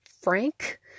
Frank